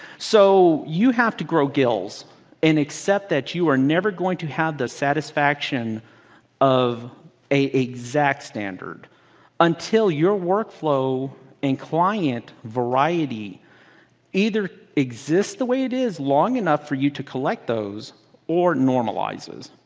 so you have to grow gills and accept that you are never going to have the satisfaction of an exact standard until your workflow and client variety either exists the way it is long enough for you to collect those or normalizes.